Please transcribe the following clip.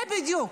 זה בדיוק.